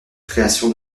création